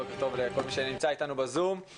בוקר טוב לכל מי שנמצא איתנו בזום.